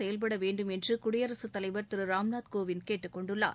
செயல்பட வேண்டும் என்று குடியரசு தலைவர் திரு ராம்நாத் கோவிந்த் கேட்டுக்கொண்டுள்ளார்